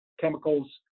chemicals